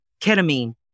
ketamine